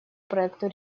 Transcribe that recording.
проекту